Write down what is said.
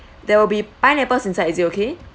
there will be pineapples inside it okay